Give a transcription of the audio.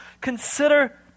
consider